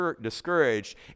discouraged